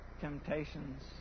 temptations